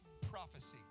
prophecy